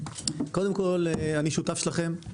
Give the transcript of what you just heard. אני שותף שלכם.